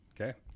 Okay